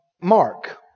Mark